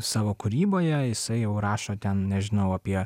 savo kūryboje jisai jau rašo ten nežinau apie